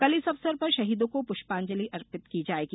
कल इस अवसर पर शहीदों को पुष्पांजलि अर्पित की जायेगी